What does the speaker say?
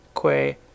que